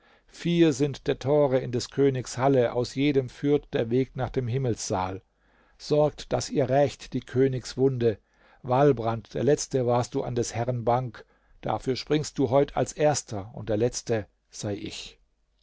vier sind der tore in des königs halle aus jedem führt der weg nach dem himmelssaal sorgt daß ihr rächt die königswunde walbrand der letzte warst du an des herrn bank dafür springst du heut als erster und der letzte sei ich